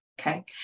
Okay